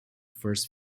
first